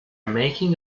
making